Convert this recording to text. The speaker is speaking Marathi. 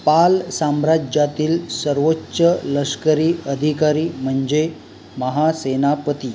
पाल साम्राज्यातील सर्वोच्च लष्करी अधिकारी म्हणजे महासेनापती